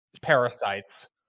parasites